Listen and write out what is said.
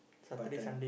part-time